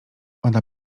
ona